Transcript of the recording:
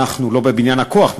לא בבניין הכוח,